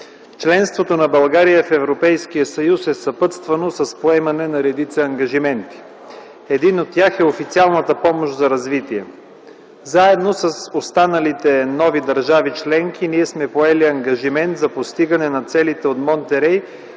Членството на България в Европейския съюз е съпътствано с поемане на редица ангажименти. Един от тях е Официалната помощ за развитие. Заедно с останалите нови държави членки ние сме поели ангажимент за постигане на целите от Монтерей